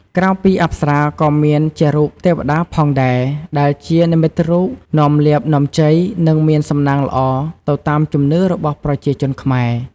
ក្រៅពីអប្សរាក៏មានជារូបទេវតាផងដែរ ដែលជានិមិត្តរូបនាំលាភនាំជ័យ និងមានសំណាងល្អទៅតាមជំនឿរបស់ប្រជាជនខ្មែរ។